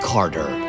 Carter